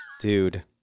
Dude